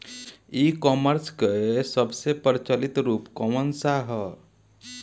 ई कॉमर्स क सबसे प्रचलित रूप कवन सा ह?